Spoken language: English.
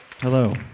Hello